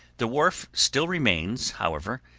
the wharf still remains, however,